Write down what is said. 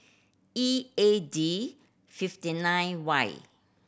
E A D fifty nine Y